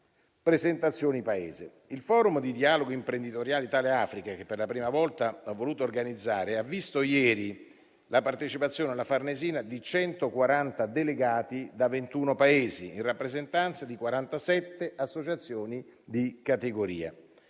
presentazioni Paese. Il Forum di dialogo imprenditoriale Italia-Africa, che per la prima volta ho voluto organizzare, ha visto ieri la partecipazione alla Farnesina di 140 delegati da 21 Paesi, in rappresentanza di 47 associazioni di categoria.